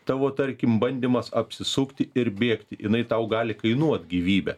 tavo tarkim bandymas apsisukti ir bėgti jinai tau gali kainuot gyvybę